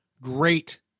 great